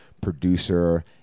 producer